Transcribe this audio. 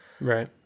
Right